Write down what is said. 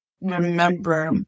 remember